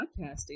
podcasting